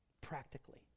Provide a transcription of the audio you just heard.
Practically